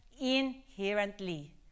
inherently